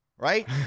Right